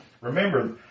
Remember